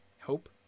hope